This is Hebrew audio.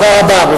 תודה רבה.